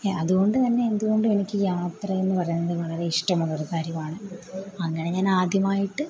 അതുകൊണ്ട് തന്നെ എന്തുകൊണ്ടും എനിക്ക് യാത്ര എന്ന് പറയുന്നത് വളരെ ഇഷ്ടമുള്ള ഒരു കാര്യവാണ് അങ്ങനെ ഞാനാദ്യമായിട്ട്